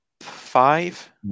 five